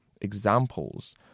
examples